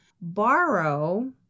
borrow